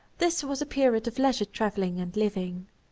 this was a period of leisure travelling and living.